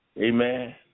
Amen